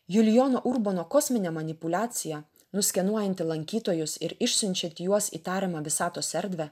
julijono urbono kosminė manipuliacija nuskenuojanti lankytojus ir išsiunčianti juos į tariamą visatos erdvę